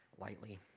lightly